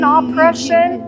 oppression